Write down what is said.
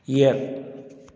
ꯌꯦꯠ